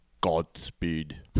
Godspeed